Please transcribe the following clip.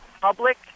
public